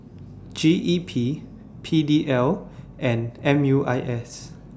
G E P P D L and M U I S